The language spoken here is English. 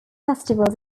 festivals